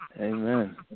Amen